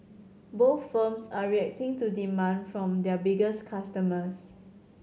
both firms are reacting to demand from their biggest customers